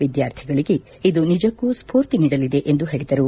ವಿದ್ವಾರ್ಥಿಗಳಿಗೆ ಇದು ನಿಜಕ್ಕೂ ಸ್ಪೂರ್ತಿ ನೀಡಲಿದೆ ಎಂದು ಹೇಳಿದರು